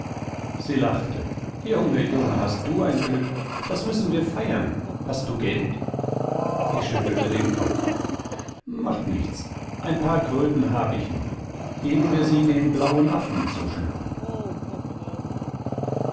sie lachte junge junge hast du ein glück das müssen wir feiern hast du geld ich schüttelte den kopf macht nichts ein paar kröten habe ich noch geben wir sie dem blauen affen zu schlucken